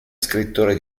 scrittore